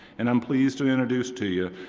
and i'm pleased to introduce to you,